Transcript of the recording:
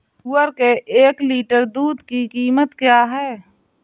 सुअर के एक लीटर दूध की कीमत क्या है?